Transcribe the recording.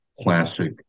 classic